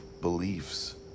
beliefs